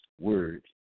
word